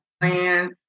plan